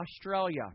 Australia